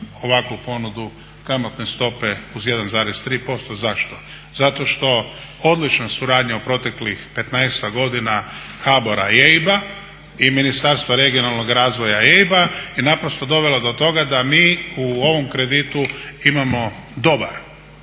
ovakvu ponudu kamatne stope uz 1,3%. Zašto? Zato što odlična suradnja u proteklih petnaestak godina HBOR-a i EIB-a i Ministarstva regionalnog razvoja i EIB-a je naprosto dovela do toga da mi u ovom kreditu imamo dobar